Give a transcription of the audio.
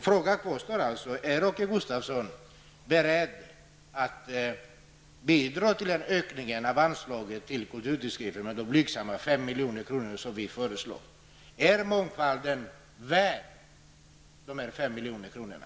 Frågan kvarstår: Är Åke Gustavsson beredd att bidra till en ökning av anslaget till kulturtidskrifter med de blygsamma 5 milj.kr. som vi föreslår? Är mångfalden värd dessa